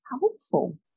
helpful